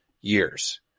years